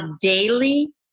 daily